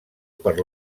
per